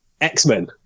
x-men